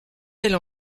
elle